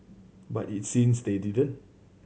but it seems they didn't